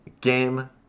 Game